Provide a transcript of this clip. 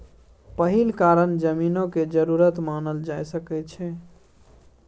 पहिल कारण जमीनक जरूरत मानल जा सकइ छै